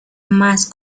más